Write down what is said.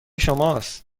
شماست